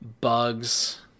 bugs